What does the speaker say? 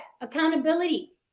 accountability